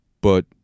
But-